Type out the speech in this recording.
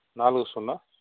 నాలుగు సున్నా